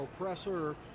oppressor